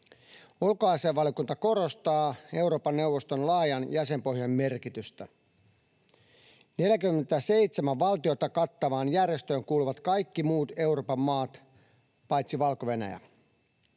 Ulkoasiainvaliokunta korostaa Euroopan neuvoston laajan jäsenpohjan merkitystä. 47 valtiota kattavaan järjestöön kuuluvat kaikki muut Euroopan maat paitsi Valko-Venäjä.